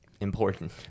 important